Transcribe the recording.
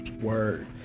Word